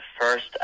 first